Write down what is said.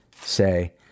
say